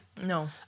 No